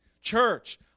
Church